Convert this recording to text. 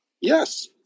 Yes